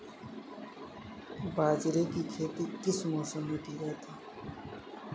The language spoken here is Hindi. बाजरे की खेती किस मौसम में की जाती है?